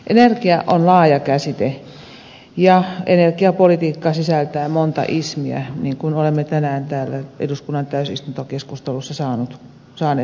energia on laaja käsite ja energiapolitiikka sisältää monta ismiä niin kuin olemme tänään täällä eduskunnan täysistuntokeskustelussa saaneet kuulla